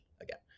again